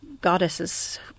goddesses